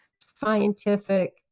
scientific